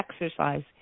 exercise